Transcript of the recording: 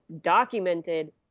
documented